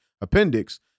appendix